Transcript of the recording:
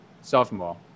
Sophomore